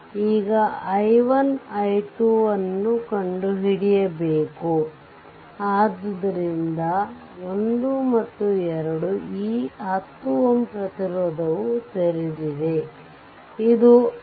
ಈಗi1 i2 ನ್ನು ಕಂಡುಹಿಡಿಯಬೇಕು ಆದ್ದರಿಂದ 1 ಮತ್ತು 2 ಈ 10 Ω ಪ್ರತಿರೋಧವು ತೆರೆದಿದಿದೆ ಇದು i1